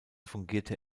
fungierte